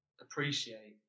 appreciate